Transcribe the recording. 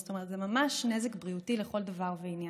זאת אומרת, זה ממש נזק בריאותי לכל דבר ועניין.